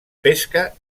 pesca